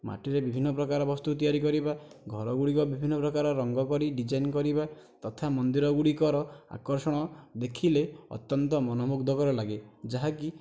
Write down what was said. ମାଟିରେ ବିଭିନ୍ନ ପ୍ରକାର ବସ୍ତୁ ତିଆରି କରିବା ଘର ଗୁଡ଼ିକ ବିଭିନ୍ନ ପ୍ରକାର ରଙ୍ଗ କରି ଡ଼ିଜାଇନ କରିବା ତଥା ମନ୍ଦିର ଗୁଡ଼ିକର ଆକର୍ଷଣ ଦେଖିଲେ ଅତ୍ୟନ୍ତ ମନମୁଗ୍ଧକର ଲାଗେ ଯାହାକି